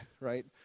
right